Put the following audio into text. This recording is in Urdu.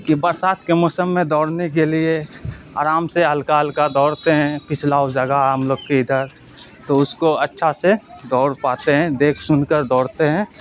کہ برسات کے موسم میں دوڑنے کے لیے آرام سے ہلکا ہلکا دوڑتے ہیں پچھلاؤ جگہ ہم لوگ کے ادھر تو اس کو اچھا سے دوڑ پاتے ہیں دیکھ سن کر دوڑتے ہیں